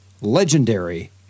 legendary